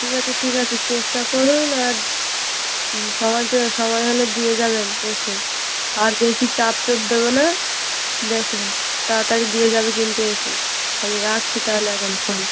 ঠিক আছে ঠিক আছে চেষ্টা করুন আর সময় পেয়ে সময় হলে দিয়ে যাবেন এসে আর বেশি চাপ চোপ দেব না দেখুন তাড়াতাড়ি দিয়ে যাবে কিন্তু এসে আমি রাখছি তাহলে এখন ফোন